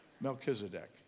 Melchizedek